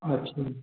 अच्छा